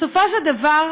בסופו של דבר,